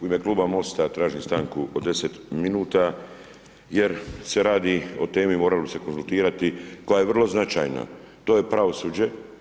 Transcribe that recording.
U ime Kluba MOST-a tražim stanku od 10 minuta, jer se radi o temi, morali bi se konzultirati, koja je vrlo značajna, to je pravosuđe.